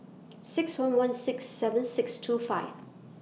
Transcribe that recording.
six one one six seven six two five